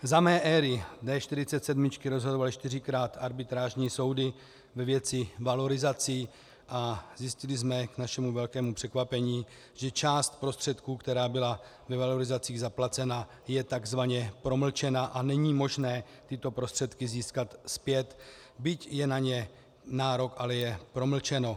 Za mé éry D47 rozhodovaly čtyřikrát arbitrážní soudy ve věci valorizací a zjistili jsme k našemu velkému překvapení, že část prostředků, která byla ve valorizacích zaplacena, je tzv. promlčena a není možné tyto prostředky získat zpět, byť je na ně nárok, ale promlčený.